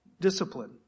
Discipline